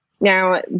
Now